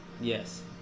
Yes